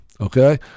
okay